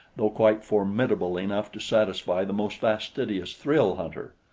though quite formidable enough to satisfy the most fastidious thrill-hunter.